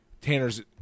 Tanner's